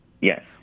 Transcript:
Yes